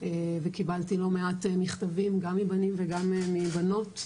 וקיבלתי לא מעט מכתבים גם מבנים וגם מבנות,